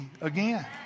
again